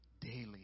daily